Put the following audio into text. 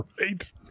Right